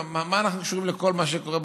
מה אנחנו קשורים לכל מה שקורה,